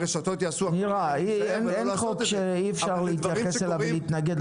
נירה, אין חוק שאי אפשר להתייחס אליו ולהתנגד לו.